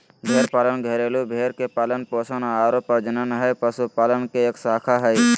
भेड़ पालन घरेलू भेड़ के पालन पोषण आरो प्रजनन हई, पशुपालन के एक शाखा हई